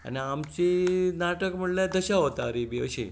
आनी आमचीं नाटक म्हणल्यार दशावतारी बी अशीं